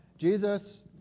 Jesus